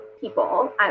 people